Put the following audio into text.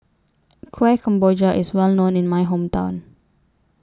Kueh Kemboja IS Well known in My Hometown